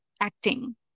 acting